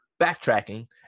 backtracking